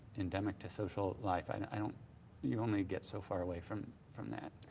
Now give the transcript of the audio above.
endemic to social life. and you only get so far away from from that.